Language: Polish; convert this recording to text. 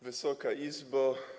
Wysoka Izbo!